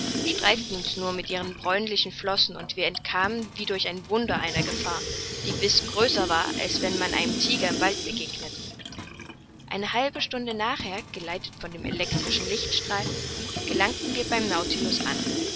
streiften uns nur mit ihren bräunlichen flossen und wir entkamen wie durch ein wunder einer gefahr die gewiß größer war als wenn man einem tiger im walde begegnet eine halbe stunde nachher geleitet von dem elektrischen lichtstrahl gelangten wir beim nautilus an